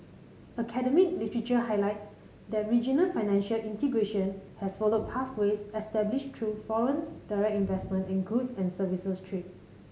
academic literature highlights that regional financial integration has followed pathways established through foreign direct investment and goods and services trade